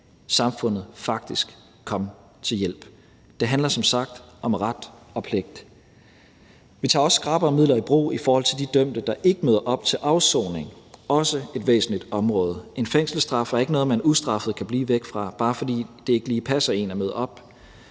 samfundet faktisk komme til hjælp. Det handler som sagt om ret og pligt. Vi tager også skrappere midler i brug i forhold til de dømte, der ikke møder op til afsoning – også et væsentligt område. En fængselsstraf er ikke noget, man ustraffet kan blive væk fra, bare fordi det ikke lige passer en at møde op.